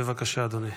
בבקשה, אדוני.